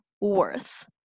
worth